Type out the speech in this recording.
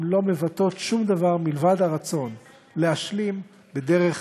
הם לא מבטאים שום דבר מלבד הרצון להשלים בדרך